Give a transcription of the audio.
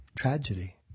tragedy